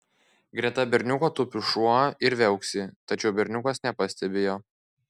greta berniuko tupi šuo ir viauksi tačiau berniukas nepastebi jo